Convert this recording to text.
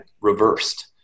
reversed